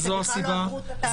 בכלל לא עברו את התהליך.